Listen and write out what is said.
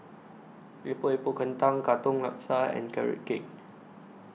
Epok Epok Kentang Katong Laksa and Carrot Cake